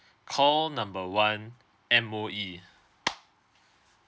call number one M_O_E